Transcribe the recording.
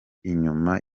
inyuma